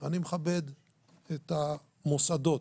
אני מכבד את המוסדות,